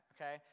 okay